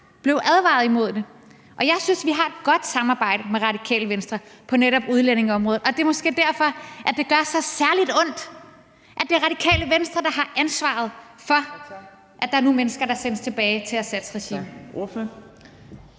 blev advaret imod det. Jeg synes, vi har et godt samarbejde med Radikale Venstre på netop udlændingeområdet, og det er måske derfor, at det gør så særlig ondt, at det er Radikale Venstre, der har ansvaret for, at der er nogle mennesker, der sendes tilbage til Assads regime.